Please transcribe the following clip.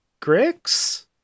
Grix